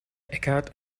eckhart